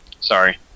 Sorry